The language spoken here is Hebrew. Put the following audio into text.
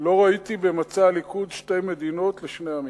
לא ראיתי במצע הליכוד שתי מדינות לשני עמים.